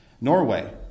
Norway